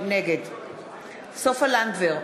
נגד סופה לנדבר,